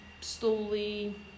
slowly